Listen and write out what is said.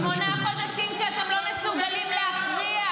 שמונה חודשים שאתם לא מסוגלים להכריע,